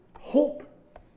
hope